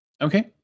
Okay